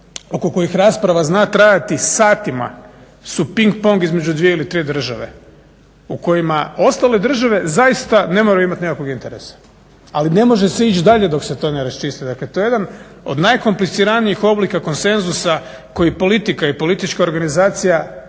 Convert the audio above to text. oko kojih rasprava zna trajati satima su ping pong između dvije ili tri države u kojima ostale države zaista ne moraju imati nekakvog interesa. Ali ne može se ići dalje dok se to ne raščisti. Dakle to je jedan od najkompliciranijih oblika konsenzusa koji politika i politička organizacija